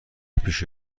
پیش